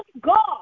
God